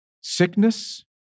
Sickness